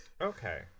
Okay